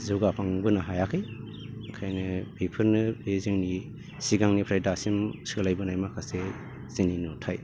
जौगाखांबोनो हायाखै ओंखायनो बेफोरनो बे जोंनि सिगांनिफ्राय दासिम सोलायबोनाय माखासे जोंनि नुथाय